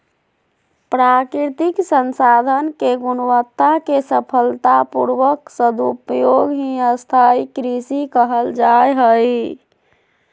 प्राकृतिक संसाधन के गुणवत्ता के सफलता पूर्वक सदुपयोग ही स्थाई कृषि कहल जा हई